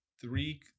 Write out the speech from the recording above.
Three